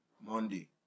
Monday